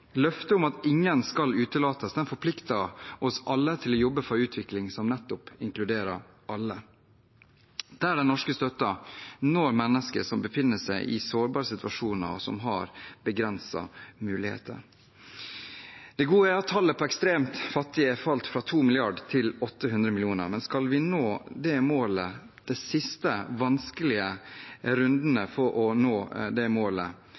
Løftet om at ingen skal utelates, forplikter oss alle til å jobbe for en utvikling som nettopp inkluderer alle, der den norske støtten når mennesker som befinner seg i sårbare situasjoner, og som har begrensede muligheter. Det gode er at tallet på ekstremt fattige er falt fra to milliarder til 800 millioner. Men skal vi nå det målet – de siste vanskelige rundene for å nå det målet